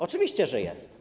Oczywiście, że jest.